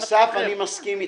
--- אסף, אני מסכים איתך.